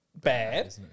bad